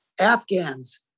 Afghans